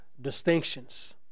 distinctions